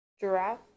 giraffe